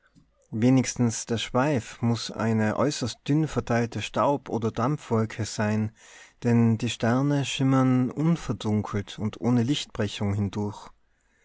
wenigstens der schweif muß eine äußerst dünn verteilte staub oder dampfwolke sein denn die sterne schimmern unverdunkelt und ohne lichtbrechung hindurch